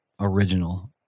original